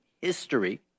history